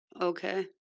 Okay